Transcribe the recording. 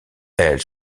elle